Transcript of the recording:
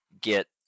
get